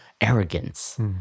arrogance